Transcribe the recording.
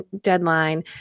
deadline